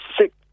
six